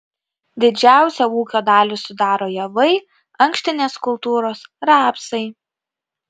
didžiausią ūkio dalį sudaro javai ankštinės kultūros rapsai